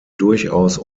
durchaus